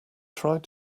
tried